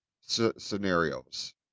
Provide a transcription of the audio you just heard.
scenarios